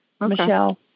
Michelle